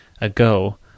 ago